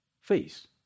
face